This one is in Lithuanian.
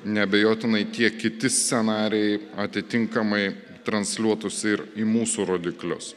neabejotinai tie kiti scenarijai atitinkamai transliuotųsi ir į mūsų rodiklius